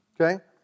Okay